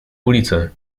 ulice